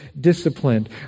disciplined